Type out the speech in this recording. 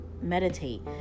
meditate